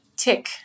tick